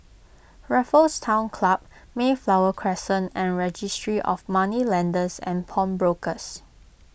Raffles Town Club Mayflower Crescent and Registry of Moneylenders and Pawnbrokers